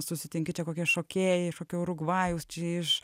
susitinki čia kokią šokėją iš kokio urugvajaus čia iš